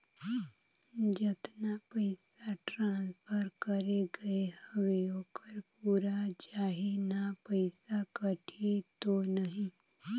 जतना पइसा ट्रांसफर करे गये हवे ओकर पूरा जाही न पइसा कटही तो नहीं?